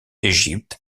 égypte